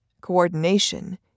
Coordination